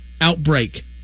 outbreak